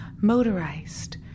motorized